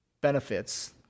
benefits